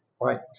Right